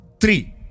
three